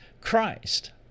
Christ